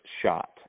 shot